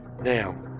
Now